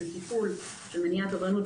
טיפול ומניעת עבריינות,